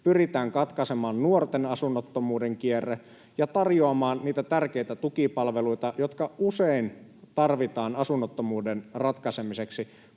pyritään katkaisemaan nuorten asunnottomuuden kierre ja tarjoamaan niitä tärkeitä tukipalveluita, jotka usein tarvitaan asunnottomuuden ratkaisemiseksi,